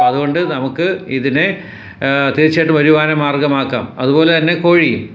അത്കൊണ്ട് നമുക്ക് ഇതിനെ തീർച്ചയായിട്ടും വരുമാന മാർഗമാക്കാം അത്പോലെ തന്നെ കോഴി